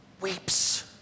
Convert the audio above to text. weeps